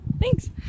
Thanks